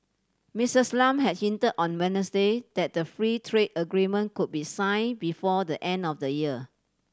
Missus Lam had hint on Wednesday that the free trade agreement could be sign before the end of the year